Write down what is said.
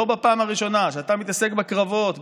לא בפעם הראשונה אתה מתעסק בקרבות,